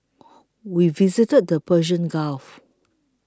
we visited the Persian Gulf